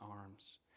arms